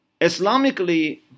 Islamically